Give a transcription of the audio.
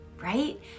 right